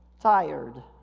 tired